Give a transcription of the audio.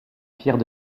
pierre